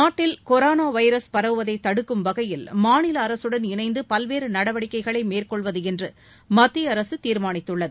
நாட்டில் corona virus பரவுவதை தடுக்கும் வகையில் மாநில அரசுடன் இணைந்து பல்வேறு நடவடிக்கைகளை மேற்கொள்வது என்று மத்திய அரசு தீர்மானித்துள்ளது